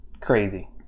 crazy